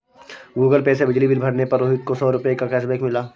Google pay से बिजली bill भरने पर रोहित को सौ रूपए का कैशबैक मिला